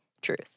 truth